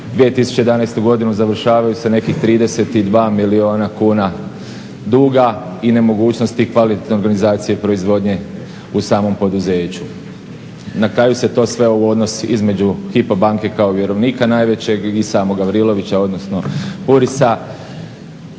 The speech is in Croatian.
2011.godinu završavaju sa nekih 32 milijuna kuna duga i nemogućnosti kvalitetne organizacije proizvodnje u samom poduzeću. Na kraju se to sve ovo odnosi između HYPO banke kao vjerovnika najvećeg i samog Gavrilovića odnosno Purisa.